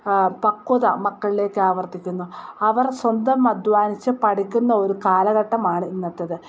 പക്ക്വത മക്കളിലേക്ക് ആവർത്തിക്കുന്നു അവർ സ്വന്തം അധ്വാനിച്ചു പഠിക്കുന്ന ഒരു കാലഘട്ടമാണ് ഇന്നത്തേത്